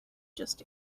just